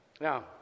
Now